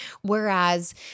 Whereas